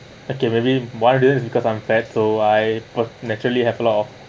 okay maybe why didn't because I'm fat so I was naturally have a lot of